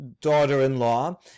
daughter-in-law